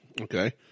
Okay